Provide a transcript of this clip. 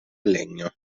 legno